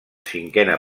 cinquena